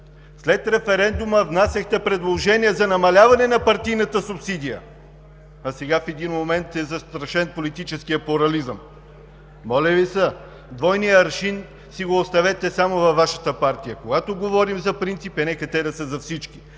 След референдума внасяхте предложение за намаляване на партийната субсидия, а сега в един момент е застрашен политическият плурализъм. Моля Ви се, двойния аршин си го оставете само във Вашата партия. Когато говорим за принципи, нека те да са за всички